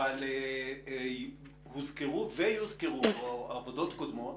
אבל הוזכרו ויוזכרו פה עבודות קודמות,